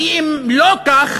כי אם לא כך,